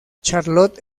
charlotte